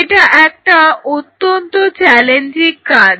এটা একটা অত্যন্ত চ্যালেঞ্জিং কাজ